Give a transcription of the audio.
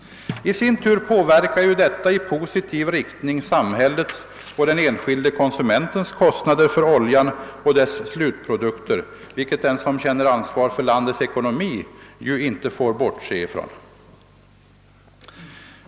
I sin tur påverkar detta i positiv riktning samhällets och den enskilde konsumentens kostnader för oljan och dess slutprodukter, något som den som känner ansvar för landets ekonomi inte får bortse från.